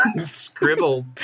scribble